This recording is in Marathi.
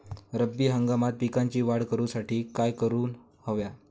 रब्बी हंगामात पिकांची वाढ करूसाठी काय करून हव्या?